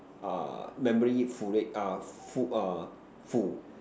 uh memory full uh full uh full